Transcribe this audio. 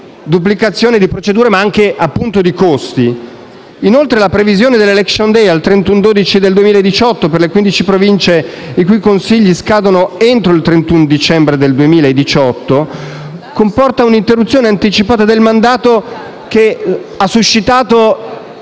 duplicazione di procedure e costi. Inoltre, la previsione dell'*election day* al 31 dicembre 2018, per le 15 Province i cui Consigli scadono entro il 31 dicembre 2018, comporta un'interruzione anticipata del mandato che ha suscitato